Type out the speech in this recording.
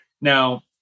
Now